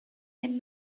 and